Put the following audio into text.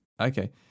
Okay